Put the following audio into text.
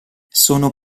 sono